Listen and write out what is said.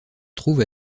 trouve